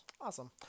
Awesome